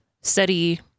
study